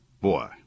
Boy